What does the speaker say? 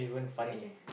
not actually